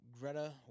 Greta